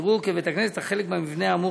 יראו כבית-הכנסת את החלק במבנה האמור